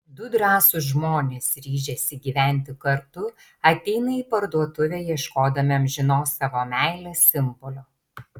du drąsūs žmonės ryžęsi gyventi kartu ateina į parduotuvę ieškodami amžinos savo meilės simbolio